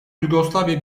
yugoslavya